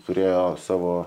turėjo savo